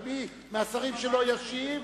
ומי מהשרים שלא ישיב,